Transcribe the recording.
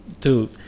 dude